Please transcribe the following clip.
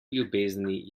ljubezni